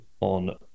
on